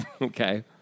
Okay